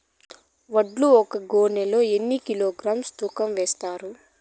వడ్లు ఒక గోనె లో ఎన్ని కిలోగ్రామ్స్ తూకం వేస్తారు?